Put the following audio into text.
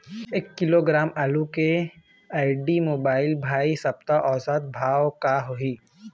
एक किलोग्राम आलू के आईडी, मोबाइल, भाई सप्ता औसत भाव का होही?